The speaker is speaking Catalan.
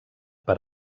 per